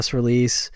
release